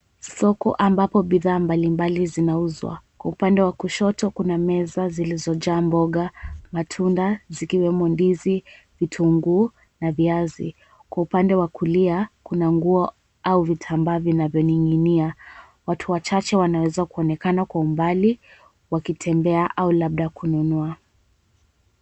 Soko ambapo bidhaa mbalimbali zinauzwa, Kwa upande wa kushoto kuna meza zilizojaa mboga matunda zikiwemo ndizi vitunguu na viazi. Kwa upande wa kulia kuna nguo au vitamba vinavyoninginia, watu wacha he wanaeza kuonekana Kwa umbali wakitembea au labda kununua.